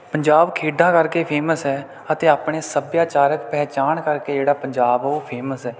ਪੰਜਾਬ ਖੇਡਾਂ ਕਰਕੇ ਫੇਮਸ ਹੈ ਅਤੇ ਆਪਣੇ ਸੱਭਿਆਚਾਰਕ ਪਹਿਚਾਣ ਕਰਕੇ ਜਿਹੜਾ ਪੰਜਾਬ ਉਹ ਫੇਮਸ ਹੈ